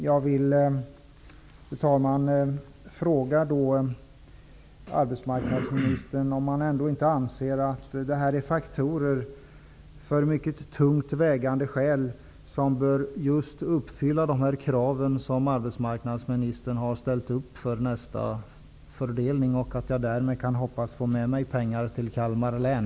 Jag vill, fru talman, fråga arbetsmarknadsministern om han ändå inte anser att det här är mycket tungt vägande skäl, som bör uppfylla de krav som arbetsmarknadsministern har ställt upp för nästa fördelning och att jag därmed kan hoppas på att få med mig pengar till Kalmar län.